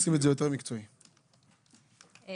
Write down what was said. אני